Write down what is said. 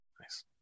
Nice